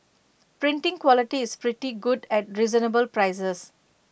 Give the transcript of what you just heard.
printing quality is pretty good at reasonable prices